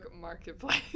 Marketplace